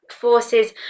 forces